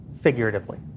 Figuratively